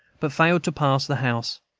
but failed to pass the house.